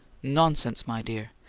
nonsense, my dear!